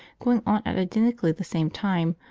going on at identically the same time,